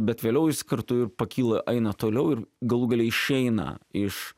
bet vėliau jis kartu ir pakyla eina toliau ir galų gale išeina iš